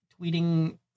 tweeting